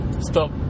stop